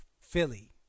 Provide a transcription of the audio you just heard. Philly